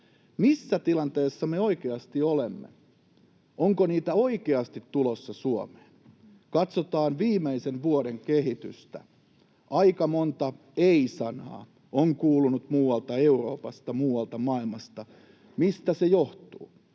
Missä tilanteessa me oikeasti olemme? Onko niitä oikeasti tulossa Suomeen? Katsotaan viimeisen vuoden kehitystä. Aika monta ei-sanaa on kuulunut muualta Euroopasta, muualta maailmasta. Mistä se johtuu?